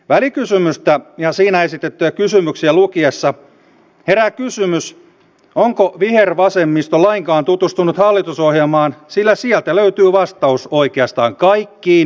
välikysymystä ja siinä esitettyjä kysymyksiä lukiessa herää kysymys onko vihervasemmisto lainkaan tutustunut hallitusohjelmaan sillä sieltä löytyy vastaus oikeastaan kaikkiin esittämiinne kysymyksiin